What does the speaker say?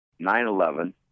9-11